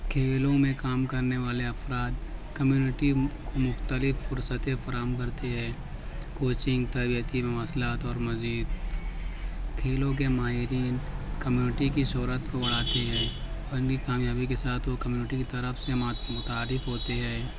کھیلوں میں کام کرنے والے افراد کمیونٹی کو مختلف فرصتیں فراہم کرتی ہے کوچنگ تربیتی مواصلات اور مزید کھیلوں کے ماہرین کمیونٹی کی سہولت کو بڑھاتی ہے اور نیک کامیابی کے ساتھ وہ کمیونٹی کی طرف سے متع متعارف ہوتی ہے